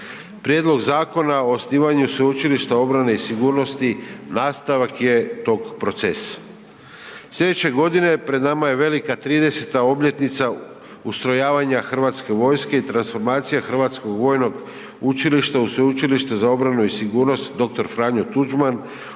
Prijedlog Zakona o osnivanju sveučilišta obrane i sigurnosti nastavak je tog procesa. Slijedeće godine pred nama je velika 30. obljetnica ustrojavanja Hrvatske vojske i transformacija Hrvatskog vojnog učilišta u Sveučilište za obranu i sigurnost dr. Franjo Tuđman,